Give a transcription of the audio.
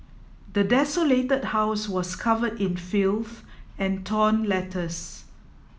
the desolated house was covered in filth and torn letters